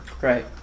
Right